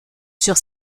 sur